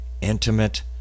intimate